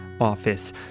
office